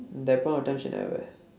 that point of time she never